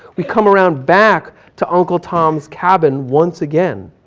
we come around back to uncle tom's cabin, once again.